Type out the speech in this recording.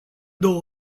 două